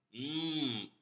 Mmm